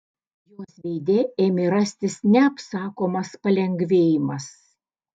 jos veide ėmė rastis neapsakomas palengvėjimas